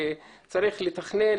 צריך לתכנן,